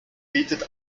bietet